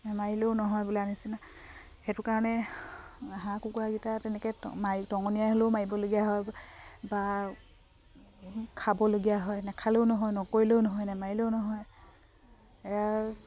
মাৰিলেও নহয় বোলে নিচিনা সেইটো কাৰণে হাঁহ কুকুৰাকেইটা তেনেকৈ মাৰি টঙনিয়াই হ'লেও মাৰিবলগীয়া হয় বা খাবলগীয়া হয় নাখালেও নহয় নকৰিলেও নহয় নামাৰিলেও নহয় এয়া